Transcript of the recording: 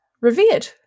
revered